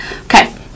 okay